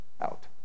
out